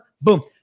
Boom